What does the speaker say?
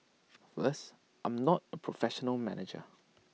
first I'm not A professional manager